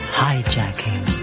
hijacking